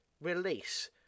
release